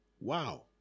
wow